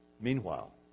Meanwhile